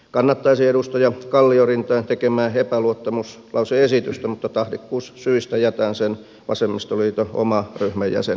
kannattaisin edustaja kalliorinteen tekemää epäluottamuslause esitystä mutta tahdikkuussyistä jätän sen vasemmistoliiton oman ryhmän jäsenen tehtäväksi